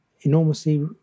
enormously